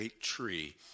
tree